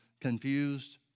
confused